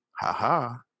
Ha-ha